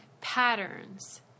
patterns